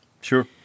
Sure